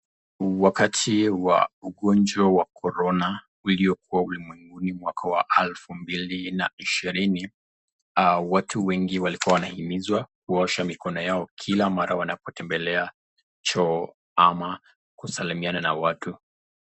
Wakati wa ugonjwa wa corona uliokuwa ulimwenguni mwaka wa elfu mbili na ishirini, watu wengi walikuwa wanahimizwa kuosha mikono yao kila mara wanapotembelea choo ama kusalimiana na watu.